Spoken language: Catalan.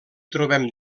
trobem